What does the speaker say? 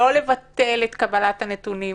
לא לבטל את קבלת הנתונים